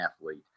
athlete